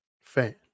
fan